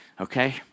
okay